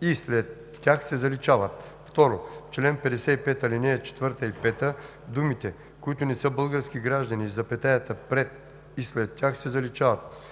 и след тях се заличават. 2. В чл. 55, ал. 4 и 5 думите „които не са български граждани“ и запетаята пред и след тях се заличават.